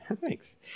Thanks